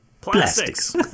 plastics